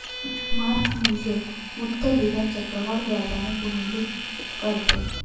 mark मूल्य मुद्दलीला चक्रवाढ व्याजाने गुणिले करते